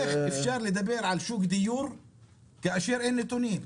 איך אפשר לדבר על שוק דיור כאשר אין נתונים.